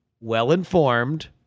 well-informed